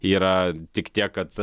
yra tik tiek kad